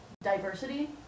diversity